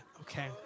Okay